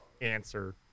answer